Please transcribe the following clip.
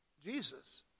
Jesus